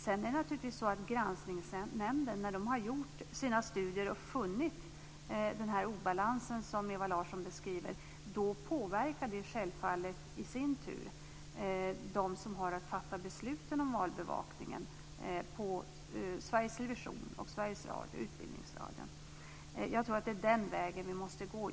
Då Granskningsnämnden har gjort sina studier och funnit den obalans som Ewa Larsson beskriver påverkar det självfallet i sin tur dem som har att fatta besluten om valbevakningen på Sveriges Television, Sveriges Radio och Utbildningsradion. Jag tror att det är den vägen vi måste gå.